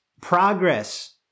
Progress